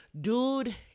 Dude